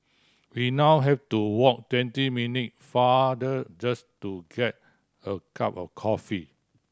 we now have to walk twenty minute farther just to get a cup of coffee